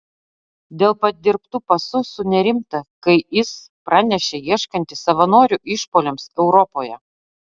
dėl padirbtų pasų sunerimta kai is pranešė ieškanti savanorių išpuoliams europoje